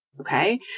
Okay